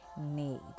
need